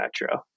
Metro